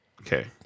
Okay